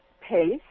pace